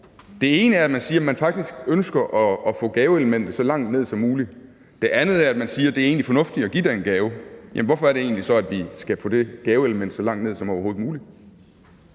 man siger, at man faktisk ønsker at få gaveelementet så langt ned som muligt. Det andet er, at man siger, at det egentlig er fornuftigt at give den gave. Men hvorfor er det så egentlig, at vi skal få det gaveelement så langt ned som overhovedet muligt?